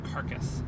carcass